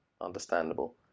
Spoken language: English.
understandable